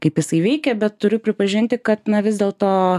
kaip jisai veikia bet turiu pripažinti kad na vis dėlto